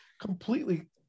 completely